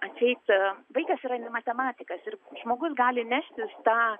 atseit vaikas yra ne matematikas ir žmogus gali neštis tą